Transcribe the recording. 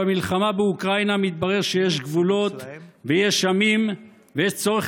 במלחמה באוקראינה מתברר שיש גבולות ויש עמים ויש צורך